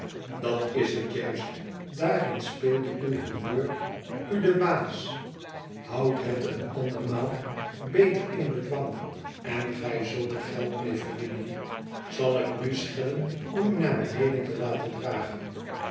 dat is het juist daarin speelde uw humeur u den baas houd het een andermaal beter in bedwang en gij zult er geld mee verdienen zal ik nu schellen om u naar beneden te laten dragen